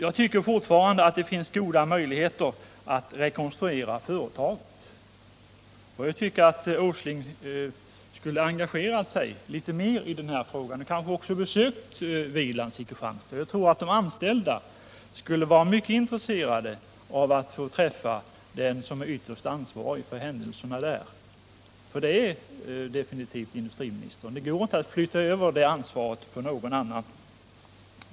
Det finns fortfarande goda möjligheter att rekonstruera företaget, och jag tycker att herr Åsling skulle ha engagerat sig mer i frågan och kanske också besökt Hvilans i Kristianstad. Jag tror att de anställda skulle vara mycket intresserade av att få träffa den som är ytterst ansvarig för händelserna där — det är definitivt industriministern, det går inte att flytta över ansvaret på någon annan.